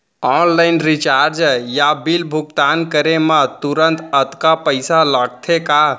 Online recharge या bill भुगतान करे मा तुरंत अक्तहा पइसा लागथे का?